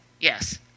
Yes